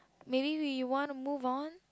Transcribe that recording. maybe we want to move on